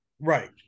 right